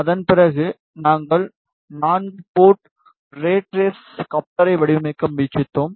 அதன் பிறகு நாங்கள் நான்கு போர்ட் ரேட் ரேஸ் கப்ளரை வடிவமைக்க முயற்சித்தோம்